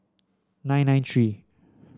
nine nine three